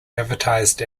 advertised